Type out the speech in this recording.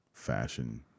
fashion